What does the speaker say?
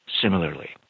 similarly